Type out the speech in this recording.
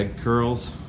curls